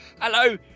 Hello